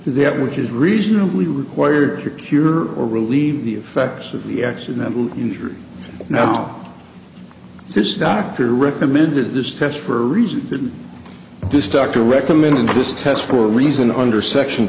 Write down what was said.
that which is reasonably required to cure or relieve the effects of the accidental injury now this doctor recommended this test for a reason that this doctor recommended this test for reason under section